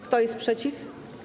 Kto jest przeciw?